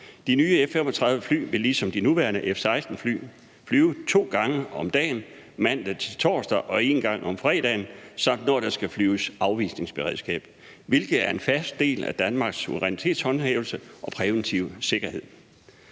De nye F-35-fly vil ligesom de nuværende F-16-fly flyve to gange om dagen mandag til torsdag og en gang om fredagen, samt når der skal flyves afvisningsberedskab, hvilket er en fast del af Danmarks suverænitetshåndhævelse og præventive sikkerhed.